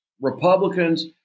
Republicans